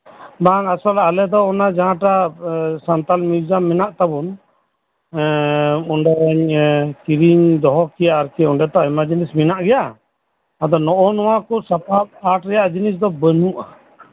ᱵᱟᱝ ᱟᱥᱚᱞ ᱨᱮ ᱟᱞᱮ ᱫᱚ ᱚᱱᱟᱴᱟᱜ ᱡᱟᱦᱟᱸ ᱥᱟᱱᱛᱟᱞ ᱢᱤᱭᱩᱡᱤᱭᱟᱢ ᱢᱮᱱᱟᱜ ᱛᱟᱵᱩᱱ ᱮᱸ ᱚᱸᱰᱮᱧ ᱠᱤᱨᱤᱧ ᱫᱚᱦᱚ ᱟᱨᱠᱤ ᱚᱸᱰᱮ ᱛᱚ ᱟᱭᱢᱟ ᱡᱤᱱᱤᱥ ᱢᱮᱱᱟᱜ ᱜᱮᱭᱟ ᱟᱫᱚ ᱱᱚᱜᱼᱚ ᱱᱚᱣᱟ ᱠᱚ ᱥᱟᱯᱟᱯ ᱦᱟᱴ ᱨᱮᱭᱟᱜ ᱡᱤᱱᱤᱥ ᱫᱚ ᱵᱟᱹᱱᱩᱜᱼᱟ